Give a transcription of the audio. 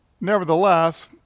Nevertheless